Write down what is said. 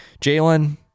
Jalen